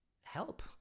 help